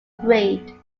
grade